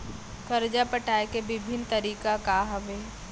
करजा पटाए के विभिन्न तरीका का हवे?